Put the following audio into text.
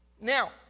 Now